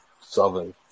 southern